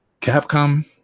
Capcom